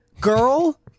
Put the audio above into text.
girl